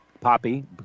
Poppy